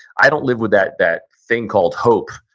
i don't live with that that thing called hope.